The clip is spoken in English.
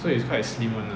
so it's quite slim [one] lah